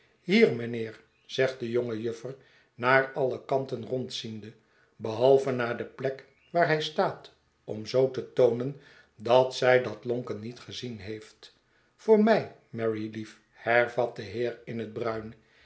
hier mijnheer zegt de jonge juffer naar alle kanten rondziende behalve naar de plek waar hij staat om zootetoonen dat zij dat lonken niet gezien heeft voor mij mary lief her vat de heer in het bruin